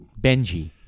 Benji